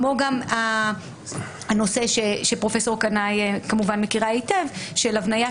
כמו גם הנושא שפרופסור קנאי כמובן מכירה היטב של הבניית